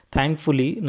Thankfully